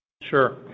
Sure